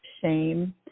shame